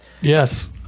Yes